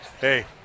hey